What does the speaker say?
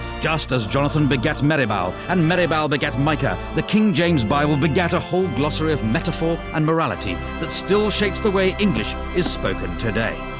just as jonathan begat maribel and maribel begat myka, the king james bible begat a whole glossary of metaphor and morality that still shapes the way english is spoken today.